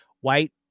white